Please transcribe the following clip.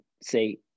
say